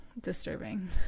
disturbing